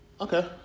Okay